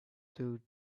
through